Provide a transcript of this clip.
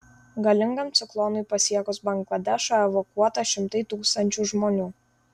galingam ciklonui pasiekus bangladešą evakuota šimtai tūkstančių žmonių